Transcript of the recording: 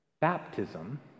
Baptism